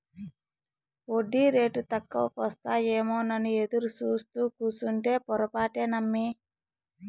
ఒడ్డీరేటు తక్కువకొస్తాయేమోనని ఎదురుసూత్తూ కూసుంటే పొరపాటే నమ్మి